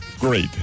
Great